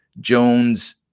Jones